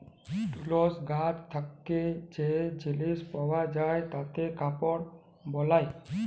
তুলর গাছ থেক্যে যে জিলিস পাওয়া যায় তাতে কাপড় বালায়